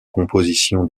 composition